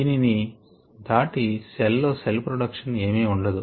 దీని ని దాటి సెల్ లో సెల్ ప్రొడక్షన్ ఏమి ఉండదు